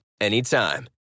anytime